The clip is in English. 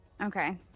Okay